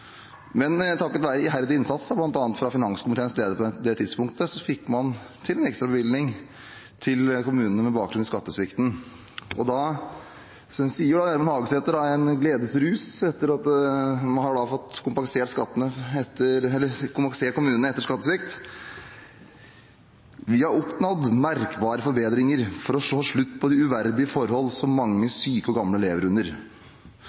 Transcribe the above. Men takket være iherdig innsats, bl.a. fra finanskomiteens leder på det tidspunktet, fikk man til en ekstra bevilgning til kommunene med bakgrunn i skattesvikten. Da sa Gjermund Hagesæter i gledesrus – etter at man hadde fått kompensert kommunene etter skattesvikten – at «vi har oppnådd merkbare forbedringer for å få slutt på de uverdige forhold som mange syke og gamle lever under».